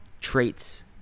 traits